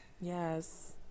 Yes